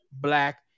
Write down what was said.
black